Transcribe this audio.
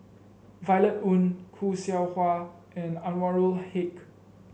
Violet Oon Khoo Seow Hwa and Anwarul Haque